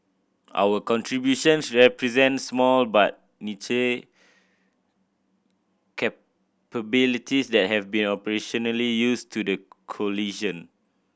our contributions represent small but niche capabilities that have been operationally use to the coalition